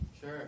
Sure